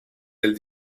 del